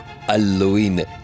Halloween